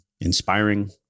inspiring